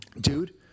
dude